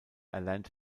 erlernte